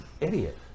idiot